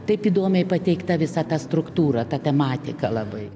taip įdomiai pateikta visa ta struktūra ta tematika labai